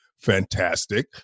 fantastic